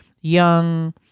young